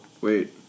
Wait